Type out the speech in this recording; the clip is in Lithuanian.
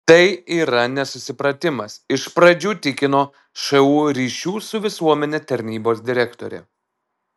tai yra nesusipratimas iš pradžių tikino šu ryšių su visuomene tarnybos direktorė